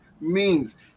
memes